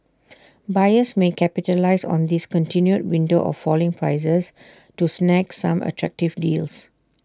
buyers may capitalise on this continued window of falling prices to snag some attractive deals